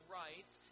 rights